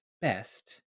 best